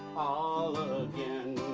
all again